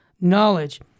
knowledge